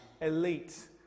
elite